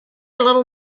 little